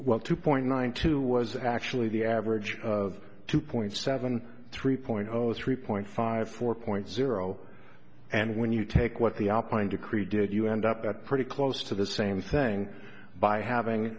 well two point nine two was actually the average of two point seven three point zero three point five four point zero and when you take what the op point to create did you end up at pretty close to the same thing by having